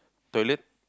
toilet